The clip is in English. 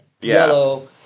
yellow